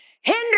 hinder